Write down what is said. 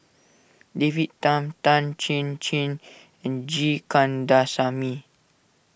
David Tham Tan Chin Chin and G Kandasamy